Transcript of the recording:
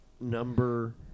Number